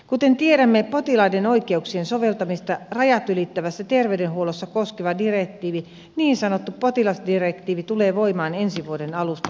kuten tiedämme rajat ylittävässä terveydenhuollossa potilaiden oikeuksien soveltamista koskeva direktiivi niin sanottu potilasdirektiivi tulee voimaan ensi vuoden alusta lukien